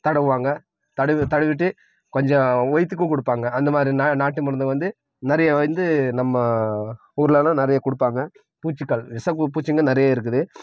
தடவுவாங்கள் தடவி தடவிட்டு கொஞ்சம் வயித்துக்கும் கொடுப்பாங்க அந்தமாதிரி நா நாட்டுமருந்து வந்து நிறைய வந்து நம்ம ஊர்லலாம் நிறைய கொடுப்பாங்க பூச்சிக்கள் விஷப் பூ பூச்சிங்கள் நிறைய இருக்குது